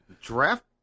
Draft